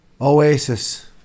Oasis